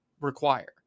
require